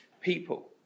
people